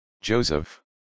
Joseph